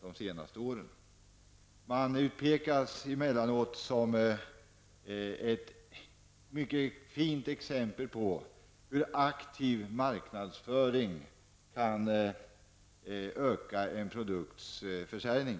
Absolut vodka utpekas emellanåt som ett mycket bra exempel på hur aktiv marknadsföring kan öka en produkts försäljning.